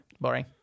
Boring